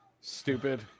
Stupid